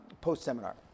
Post-seminar